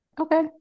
Okay